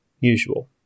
usual